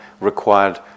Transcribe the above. required